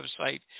website